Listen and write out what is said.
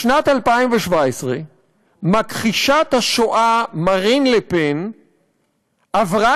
בשנת 2017 מכחישת השואה מרין לה-פן עברה